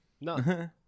No